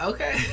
Okay